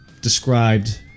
described